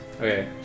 Okay